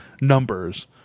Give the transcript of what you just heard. numbers